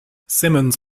simmons